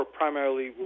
primarily